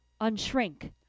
unshrink